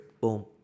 Boom